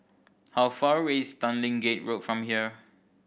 how far away is Tanglin Gate Road from here